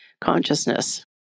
consciousness